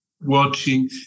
watching